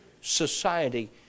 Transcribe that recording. society